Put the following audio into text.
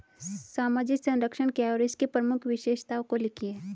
सामाजिक संरक्षण क्या है और इसकी प्रमुख विशेषताओं को लिखिए?